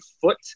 foot